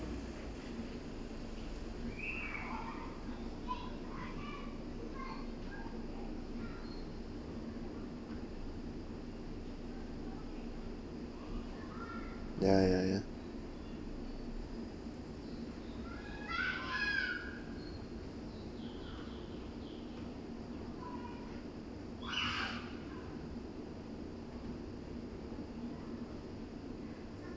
ya ya ya